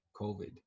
COVID